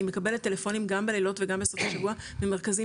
אני מקבלת טלפונים גם בלילות וגם בסופי שבוע ממרכזים